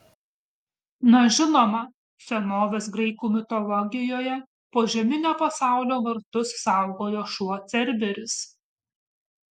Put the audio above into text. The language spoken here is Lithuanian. na žinoma senovės graikų mitologijoje požeminio pasaulio vartus saugojo šuo cerberis